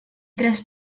tres